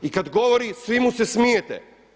I kada govori svi mu se smijete.